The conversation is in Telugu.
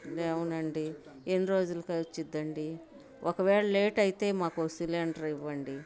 అవునండి ఎన్ని రోజులకు వస్తుంది అండి ఒకవేళ లేట్ అయితే మాకు ఓ సిలిండర్ ఇవ్వండి